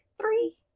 Three